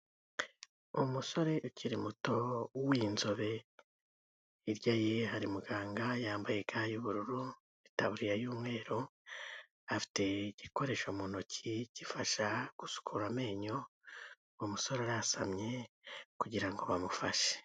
Umusore ukiri muto w'inzobe hirya ye hari muganga yambaye ga y'ubururu, itaburiya y'umweru afite igikoresho mu ntoki gifasha gusukura amenyo, umusore arasamye kugira ngo bamufashe.